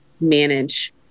manage